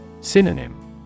Synonym